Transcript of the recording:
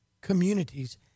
communities